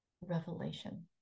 revelation